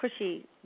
pushy